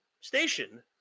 station